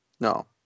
No